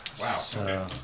Wow